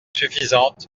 suffisante